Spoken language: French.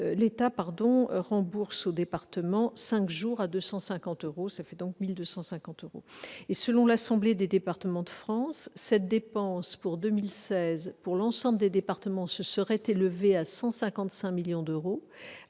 l'État rembourse au département l'équivalent de cinq jours à 250 euros, soit 1 250 euros. Selon l'Assemblée des départements de France, la dépense pour 2016 et pour l'ensemble des départements se serait élevée à 155 millions d'euros,